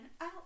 out